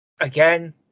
again